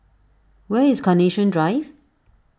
where is Carnation Drive